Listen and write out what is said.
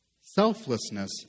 Selflessness